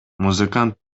музыкант